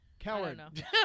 Coward